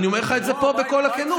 אני אומר לך את זה פה בכל הכנות.